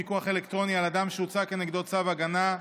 פיקוח אלקטרוני על אדם שהוצא כנגדו צו הגנה),